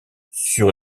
sur